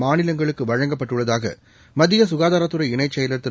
மாநிலங்களுக்கு வழங்கப்பட்டுள்ளதாக மத்திய சுகாதாரத்துறை இணை செயலர் திரு